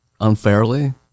unfairly